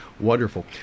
Wonderful